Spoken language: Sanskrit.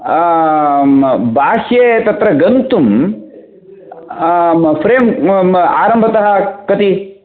आं बाह्ये तत्र गन्तुम् फ़्रेम् आरम्भतः कति